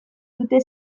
dute